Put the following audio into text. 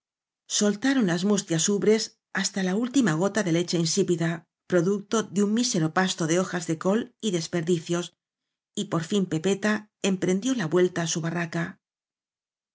soltaron las mustias ubres hasta la última gota de leche insípida producto de un mísero pasto de hojas de col y desperdicios y por fin pepeta emprendió la vuelta á su barraca